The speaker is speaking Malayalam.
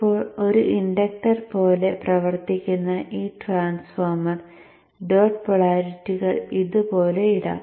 ഇപ്പോൾ ഒരു ഇൻഡക്ടർ പോലെ പ്രവർത്തിക്കുന്ന ഈ ട്രാൻസ്ഫോർമർ ഡോട്ട് പോളാരിറ്റികൾ ഇതുപോലെ ഇടാം